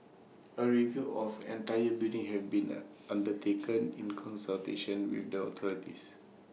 A review of entire building have been net undertaken in consultation with the authorities